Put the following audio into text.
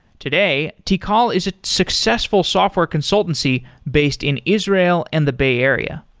today, tikal is a successful software consultancy based in israel and the bay area.